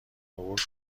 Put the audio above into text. عبور